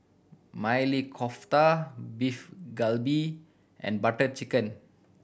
Maili Kofta Beef Galbi and Butter Chicken